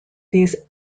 these